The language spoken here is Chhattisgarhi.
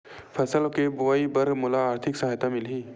फसल के बोआई बर का मोला आर्थिक सहायता मिलही?